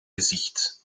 gezicht